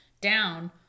down